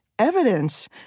Evidence